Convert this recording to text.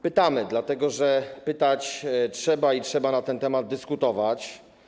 Pytamy dlatego, że pytać trzeba i trzeba na ten temat dyskutować.